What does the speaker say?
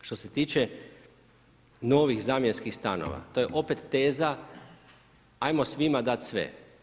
Što se tiče novih zamjenskih stanova, to je opet teza ajmo svima dati sve.